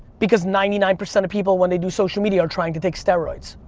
because ninety-nine percent of people when they do social media are trying to take steroids.